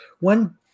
one